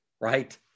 right